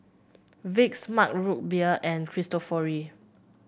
Vicks Mug Root Beer and Cristofori